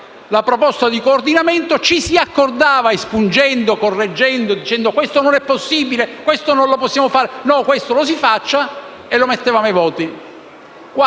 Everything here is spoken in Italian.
la proposta di coordinamento, ci si accordava espungendo, correggendo o dicendo «questo non è possibile», «questo non lo possiamo fare», «no, questo lo si faccia», e lo mettevamo ai voti.